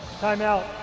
Timeout